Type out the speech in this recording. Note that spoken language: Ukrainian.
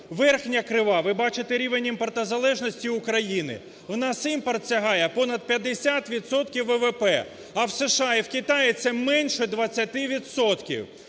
Верхня крива, ви бачите рівень імпортозалежності України. У нас імпорт сягає понад 50 відсотків ВВП. А в США і в Китаї це менше 20